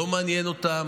לא מעניין אותם,